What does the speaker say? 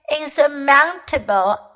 insurmountable